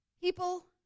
People